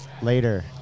Later